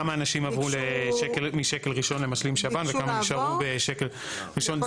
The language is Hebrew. כמה אנשים עברו משקל ראשון למשלים שב"ן וכמה נשארו בשקל ראשון.